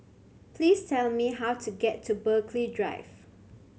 please tell me how to get to Burghley Drive